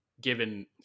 given